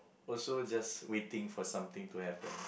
also just waiting for something to happen